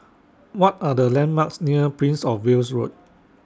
What Are The landmarks near Prince of Wales Road